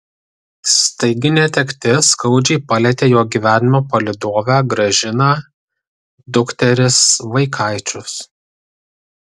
staigi netektis skaudžiai palietė jo gyvenimo palydovę gražiną dukteris vaikaičius